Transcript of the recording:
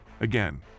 Again